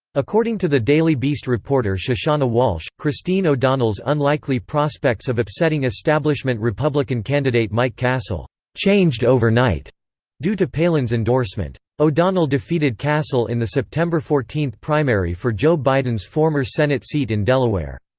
according to the daily beast reporter shushannah walshe, christine o'donnell's unlikely prospects of upsetting establishment republican candidate mike castle changed overnight due to palin's endorsement. o'donnell defeated castle in the september fourteen primary for joe biden's former senate seat in delaware.